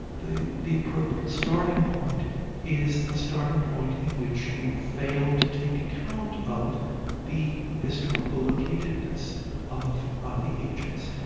the the appropriate starting point is a starting point in which you failed to take account of the historical locatedness of ah the agents.